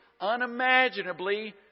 unimaginably